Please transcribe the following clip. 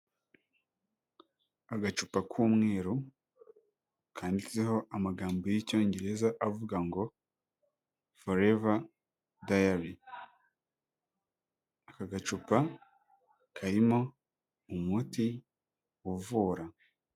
Agacupa k'umweru kanditseho amagambo y'Icyongereza avuga ngo Forever dialy, aka gacupa karimo umuti uvura.